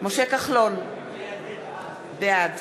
משה כחלון, בעד